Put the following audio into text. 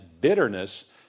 bitterness